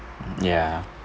mm ya